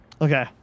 Okay